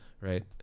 Right